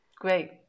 Great